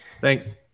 Thanks